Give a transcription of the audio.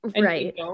right